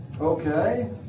okay